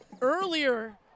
earlier